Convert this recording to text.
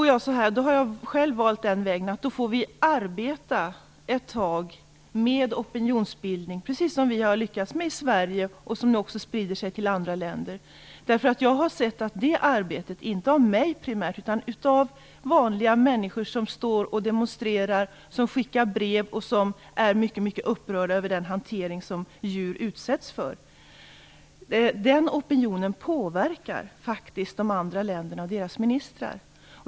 Jag har då själv valt den vägen att vi får arbeta ett tag med opinionsbildning, precis som vi har lyckats med i Sverige och som också sprider sig till andra länder. Jag har sett att det arbetet - som bedrivs, inte primärt av mig, utan av vanliga människor som står och demonstrerar, som skickar brev och som är mycket upprörda över den hantering som djur utsätts för - faktiskt påverkar de andra länderna och deras ministrar.